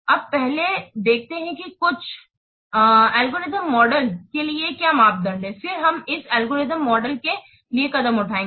अब पहले देखते हैं कि अच्छे एल्गोरिथम मॉडल के लिए क्या मापदंड हैं फिर हम इस एल्गोरिथम मॉडल के लिए कदम उठाएंगे